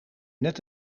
net